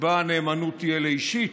שבה הנאמנות תהיה לאישית,